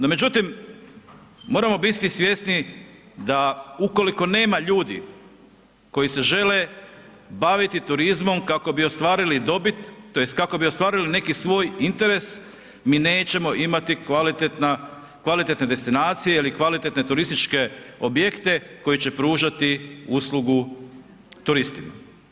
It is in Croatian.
No, međutim, moramo biti svjesni da ukoliko nema ljudi koji se žele baviti turizmom kako bi ostvarili dobit tj. kako bi ostvarili neki svoj interes, mi nećemo imati kvalitetne destinacije ili kvalitetne turističke objekte koji će pružati uslugu turistima.